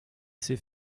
s’est